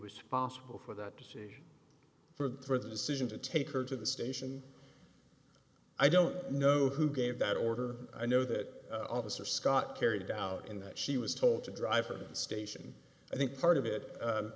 was possible for that decision for the decision to take her to the station i don't know who gave that order i know that officer scott carried out in that she was told to drive her station i think part of it